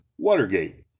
Watergate